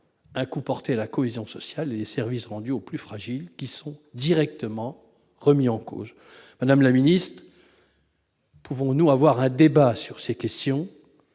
un coup porté à la cohésion sociale et aux services rendus aux plus fragiles qui sont directement remis en cause. Madame la secrétaire d'État, pouvons-nous avoir un débat sur ces questions,